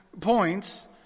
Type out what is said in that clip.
points